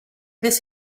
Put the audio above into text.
this